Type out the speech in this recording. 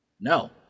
no